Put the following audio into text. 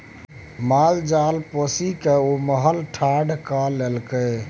माल जाल पोसिकए ओ महल ठाढ़ कए लेलकै